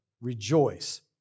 rejoice